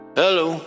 hello